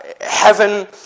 heaven